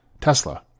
Tesla